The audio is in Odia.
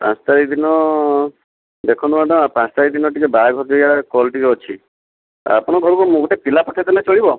ପାଞ୍ଚ୍ ତାରିଖ ଦିନ ଦେଖନ୍ତୁ ମ୍ୟାଡ଼ାମ୍ ପାଞ୍ଚ୍ ତାରିଖ ଦିନ ଟିକିଏ ବାହାଘରିଆ ଇଆଡ଼େ କଲ୍ ଟିକିଏ ଅଛି ଆପଣଙ୍କ ଘରକୁ ମୁଁ ଗୋଟେ ପିଲା ପଠେଇ ଦେଲେ ଚଳିବ